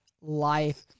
life